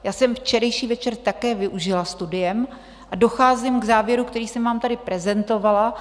Já jsem včerejší večer také využila studiem a docházím k závěru, který jsem vám tady prezentovala.